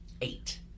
Eight